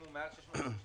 אם הוא מעל 651,000?